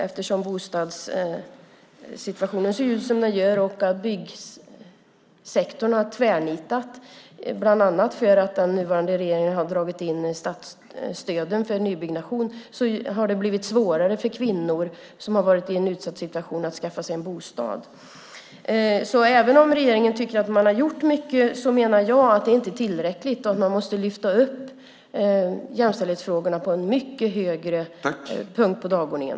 Eftersom bostadssituationen ser ut som den gör och byggsektorn har tvärnitat, bland annat för att den nuvarande regeringen har dragit in stöden för nybyggnation, har det blivit svårare för kvinnor som har varit i en utsatt situation att skaffa sig en bostad. Även om regeringen tycker att man har gjort mycket menar jag att det inte är tillräckligt och att man måste lyfta upp jämställdhetsfrågorna till en punkt mycket högre upp på dagordningen.